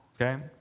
okay